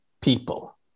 people